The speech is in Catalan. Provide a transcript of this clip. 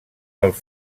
els